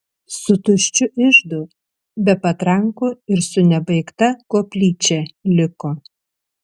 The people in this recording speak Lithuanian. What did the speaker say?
su tuščiu iždu be patrankų ir su nebaigta koplyčia liko